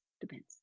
depends